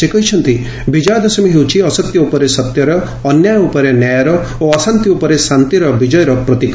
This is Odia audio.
ସେ କହିଛନ୍ତି ବିଜୟା ଦଶମୀ ହେଉଛି ଅସତ୍ୟ ଉପରେ ସତ୍ୟର ଅନ୍ୟାୟ ଉପରେ ନ୍ୟାୟର ଓ ଅଶାନ୍ତି ଉପରେ ଶାନ୍ତିର ବିଜୟର ପ୍ରତୀକ